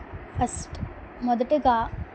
first మొదటిగా